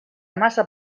massa